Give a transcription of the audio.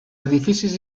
edificis